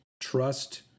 trust